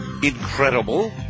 Incredible